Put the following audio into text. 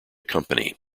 company